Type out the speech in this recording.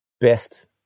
best